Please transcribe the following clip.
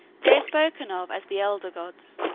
they are spoken of as the elder gods,